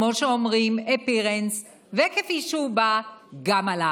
כמו שאומרים, appearance, וכפי שהוא בא גם הלך.